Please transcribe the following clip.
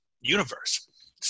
universe